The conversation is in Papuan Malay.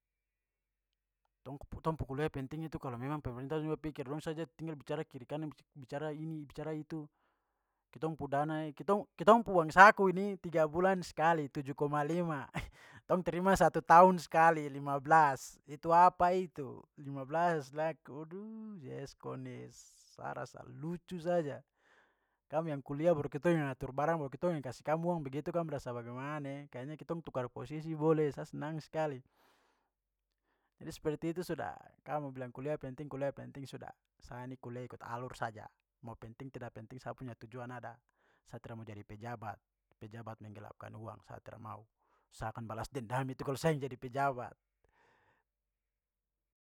tong pu kuliah penting itu kalau memang pemerintah juga pikir. Dong saja tinggal bicara kiri kanan, bicara ini, bicara itu. Kitong pu dana- kitong- kitong pu uang saku ini tiga bulan sekali, tujuh koma lima. Tong terima satu tahun sekali, lima belas. Itu apa itu? Lima belas, aduh yeskon e, sa rasa lucu saja. Kam yang kuliah baru kitong yang atur barang baru kitong yang kasih kamu uang begitu kami rasa bagaimana e. Kayaknya kitong tukar posisi boleh, saya senang sekali. Jadi seperti itu sudah. Kam mo bilang kuliah penting, kuliah penting sudah, sa ini kuliah ikut alur saja. Mau penting, tidak penting, sa punya tujuan ada. Sa tra ma jadi pejabat. Pejabat menggelapkan uang, sa tra mau. Saya akan balas dendam itu kalau sa yang jadi pejabat.